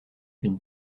une